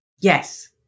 Yes